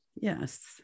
Yes